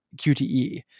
QTE